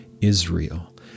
Israel